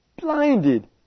blinded